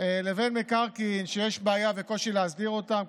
לבין מקרקעין שיש בעיה וקושי להסדיר אותם,